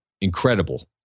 incredible